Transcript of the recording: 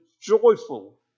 joyful